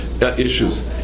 issues